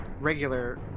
regular